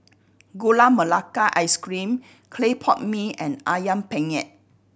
Gula Melaka Ice Cream clay pot mee and Ayam Penyet